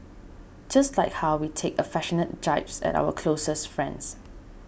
just like how we take affectionate jibes at our closest friends